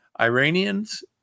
Iranians